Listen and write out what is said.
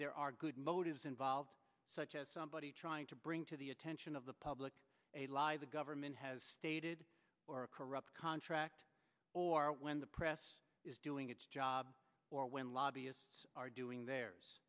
there are good motives involved such as somebody trying to bring to the attention of the public a lie the government has stated or a corrupt contract or when the press is doing its job or when lobbyists are doing theirs